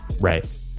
right